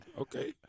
Okay